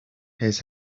his